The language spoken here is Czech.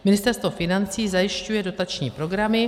Ministerstvo financí zajišťuje dotační programy.